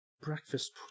breakfast